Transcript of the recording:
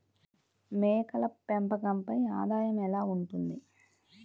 మేకల పెంపకంపై ఆదాయం ఎలా ఉంటుంది?